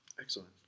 Excellent